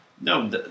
No